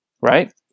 Right